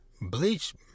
Bleach